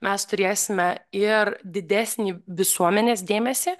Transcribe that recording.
mes turėsime ir didesnį visuomenės dėmesį